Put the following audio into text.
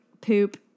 poop